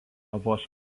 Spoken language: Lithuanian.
vos